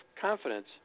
confidence